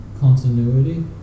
continuity